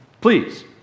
please